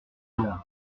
jour